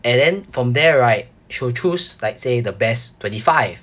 and then from there right she'll choose like say the best twenty five